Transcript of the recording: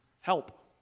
help